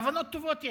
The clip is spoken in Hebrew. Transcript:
כוונות טובות יש.